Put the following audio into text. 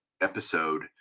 episode